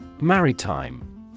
Maritime